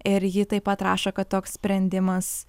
ir ji taip pat rašo kad toks sprendimas